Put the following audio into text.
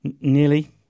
Nearly